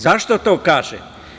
Zašto to kažem?